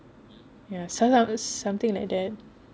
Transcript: ya sounds out something like that